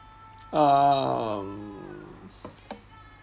um